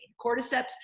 Cordyceps